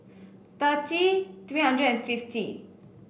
thirty three hundred and fifty